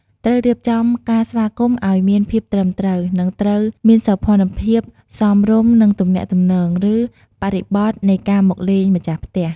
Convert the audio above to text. ត្រូវរៀបចំការស្វាគមន៍ឱ្យមានភាពត្រឹមត្រូវ និងត្រូវមានសោភណ្ឌភាពសមរម្យ នឹងទំនាក់ទំនង ឬបរិបទនៃការមកលេងម្ចាស់ផ្ទះ។